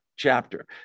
chapter